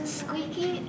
squeaky